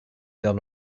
done